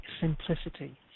simplicity